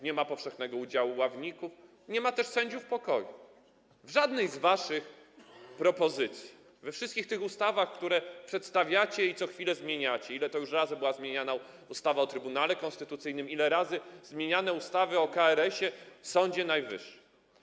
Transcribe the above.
Nie ma powszechnego udziału ławników, nie ma też sędziów pokoju w żadnej z waszych propozycji w tych wszystkich ustawach, które przedstawiacie i co chwilę zmieniacie - ile to już razy była zmieniana ustawa o Trybunale Konstytucyjnym, ile razy były zmieniane ustawy o KRS-ie i Sądzie Najwyższym.